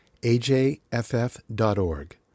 ajff.org